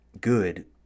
good